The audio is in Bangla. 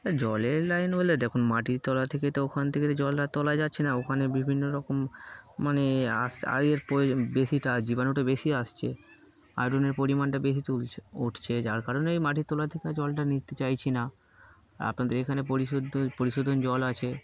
হ জলের লাইন বললে দেখুন মাটির তোলা থেকে তো ওখান থেকে তো জলটা তোলা যাচ্ছে না ওখানে বিভিন্ন রকম মানে আস আয়ের বেশিটা জীবাণুটা বেশি আসছে আয়রনের পরিমাণটা বেশি তুলছে উঠছে যার কারণেই মাটির তোলা থেকে জলটা নিতে চাইছি না আপনাদের এখানে পরিশোদ্ধ পরিশোধন জল আছে